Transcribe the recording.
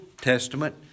Testament